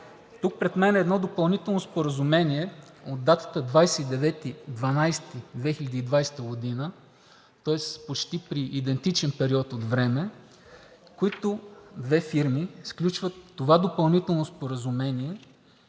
Тук пред мен е едно допълнително споразумение от датата 29 декември 2020 г., тоест почти при идентичен период от време, които две фирми сключват това допълнително споразумение,